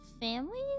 families